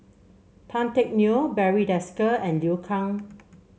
Tan Teck Neo Barry Desker and Liu Kang